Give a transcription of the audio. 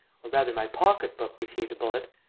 or rather my pocket-book received a bullet.